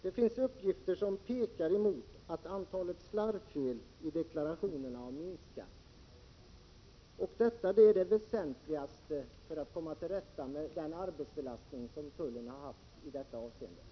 Det finns uppgifter som pekar emot att antalet slarvfel i deklarationerna har minskat, och detta är det väsentligaste för att komma till rätta med den arbetsbelastning som tullen har haft i detta avseende.